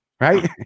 Right